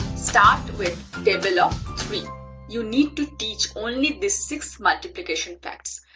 start with table of three you need to teach only these six multiplication facts,